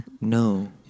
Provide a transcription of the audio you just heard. No